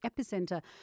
epicenter